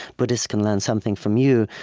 buddhists can learn something from you.